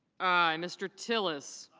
i. mr. tillis